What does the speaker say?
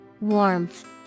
Warmth